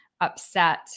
upset